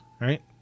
right